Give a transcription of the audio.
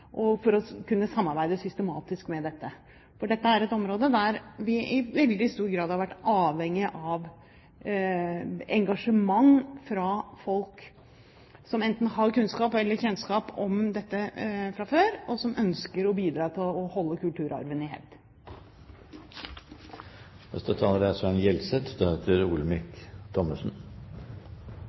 og til å kunne samarbeide systematisk om dette. For dette er et område der vi i veldig stor grad har vært avhengig av engasjement fra folk som enten har kunnskap om eller kjennskap til dette fra før, og som ønsker å bidra til å holde kulturarven i hevd.